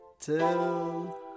till